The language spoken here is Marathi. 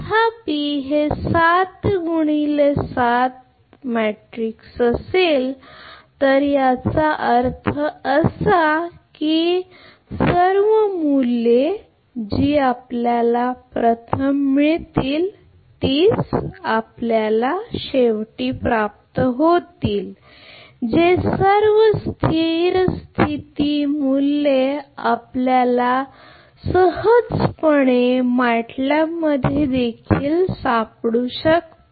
तथापि हे 7 x 7 असेल याचा अर्थ असा की सर्व मूल्ये जे आपल्याला प्रथम मिळतील तीच आपल्याला प्राप्त होईल जे सर्व स्थिर स्थिती मूल्ये आपल्याला सहजपणे मॅटलाबमध्ये देखील सापडू शकतील